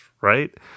right